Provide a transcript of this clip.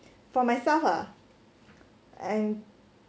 for myself ah I